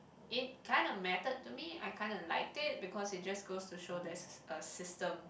it kinda mattered to me I kinda liked it because it just goes to show there's a system